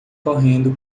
correndo